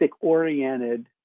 oriented